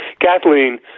Kathleen